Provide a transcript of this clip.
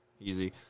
Easy